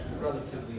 relatively